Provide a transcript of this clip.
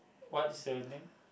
what is her name